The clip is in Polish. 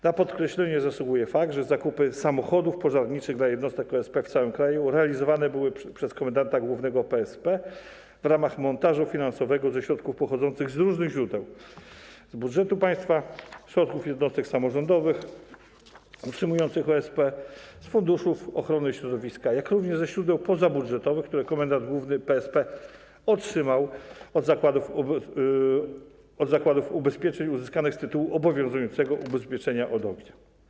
Na podkreślenie zasługuje fakt, że zakupy samochodów pożarniczych dla jednostek OSP w całym kraju realizowane były przez komendanta głównego PSP w ramach montażu finansowego ze środków pochodzących z różnych źródeł: z budżetu państwa, z budżetów jednostek samorządowych utrzymujących OSP, z funduszów ochrony środowiska, jak również ze źródeł pozabudżetowych, które to środki komendant główny PSP otrzymał od zakładów ubezpieczeń, a uzyskane zostały z tytułu obowiązującego ubezpieczenia od ognia.